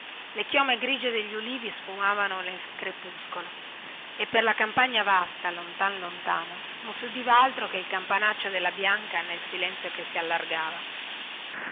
le chiome grigie degli ulivi sfumavano nel crepuscolo e per la campagna vasta lontan lontano non si udiva altro che il campanaccio della bianca nel silenzio che si allargava